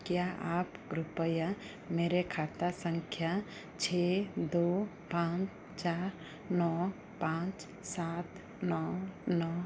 क्या आप कृप्या मेरे खाता संख्या छः दो पाँच चार नौ पाँच सात नौ नौ